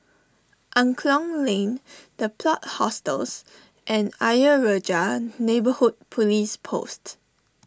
Angklong Lane the Plot Hostels and Ayer Rajah Neighbourhood Police Post